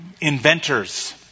inventors